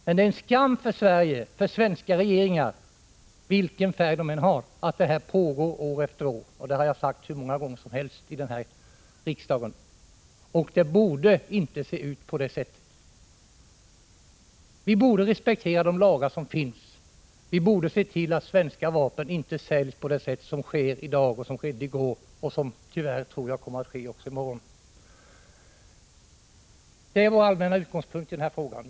Men det är en skam för svenska regeringar, vilken färg de än har, att detta pågår år efter år. Det har jag sagt hur många gånger som helst här i riksdagen. Det borde inte se ut på det sätt som det gör. Vi borde respektera gällande lagar och se till 73 att svenska vapen inte säljs på det sätt som sker i dag, som skedde i går och som tyvärr, tror jag, kommer att ske i morgon. Det är vpk:s allmänna utgångspunkt i den här frågan.